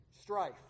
strife